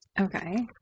Okay